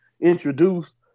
introduced